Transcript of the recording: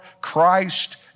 Christ